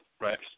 right